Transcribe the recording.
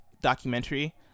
documentary